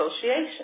Association